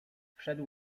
wszedł